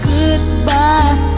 Goodbye